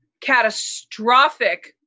catastrophic